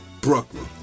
Brooklyn